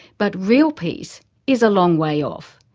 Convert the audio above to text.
but real peace is a long way off.